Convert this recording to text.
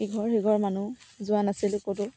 ইঘৰ সিঘৰ মানুহ যোৱা নাছিল ক'তো